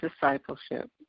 discipleship